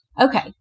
Okay